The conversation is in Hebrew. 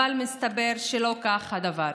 אבל מסתבר שלא כך הדבר.